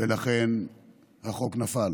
ולכן החוק נפל.